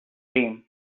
dream